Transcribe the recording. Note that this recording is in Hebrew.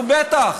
נו, בטח,